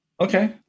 Okay